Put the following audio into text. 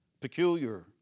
Peculiar